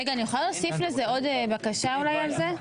רגע אני יכולה להוסיף לזה עוד בקשה אולי על זה?